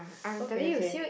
okay okay